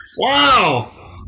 Wow